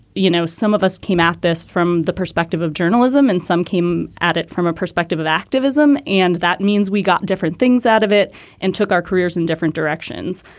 you know, some of us came at this from the perspective of journalism and some came at it from a perspective of activism. and that means we got different things out of it and took our careers in different directions.